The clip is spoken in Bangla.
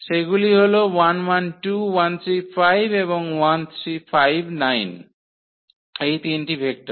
সেগুলি হল এবং এই তিনটি ভেক্টর